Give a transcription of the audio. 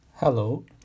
Hello